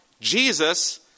Jesus